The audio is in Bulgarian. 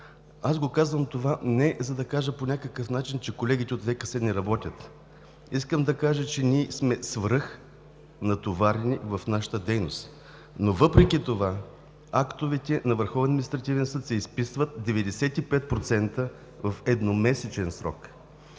съд. Казвам това, не за да кажа по някакъв начин, че колегите от ВКС не работят. Искам да кажа, че ние сме свръхнатоварени в нашата дейност, но въпреки това актовете на Върховния административен съд се изписват 95% в едномесечен срок.